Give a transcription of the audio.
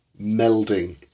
melding